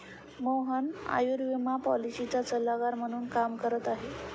मोहन आयुर्विमा पॉलिसीचा सल्लागार म्हणून काम करत आहे